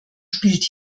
spielt